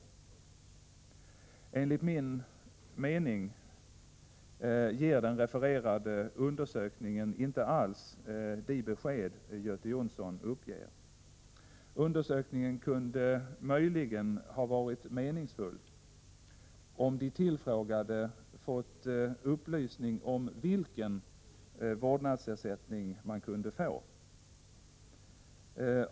Enligt min mening ger den refererade undersökningen inte alls de besked Göte Jonsson uppger. Undersökningen kunde möjligen ha varit meningsfull om de tillfrågade fått upplysning om vilken vårdnadsersättning man kunde få.